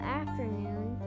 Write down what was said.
afternoon